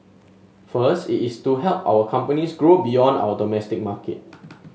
first it is to help our companies grow beyond our domestic market